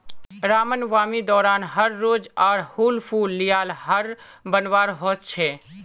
रामनवामी दौरान हर रोज़ आर हुल फूल लेयर हर बनवार होच छे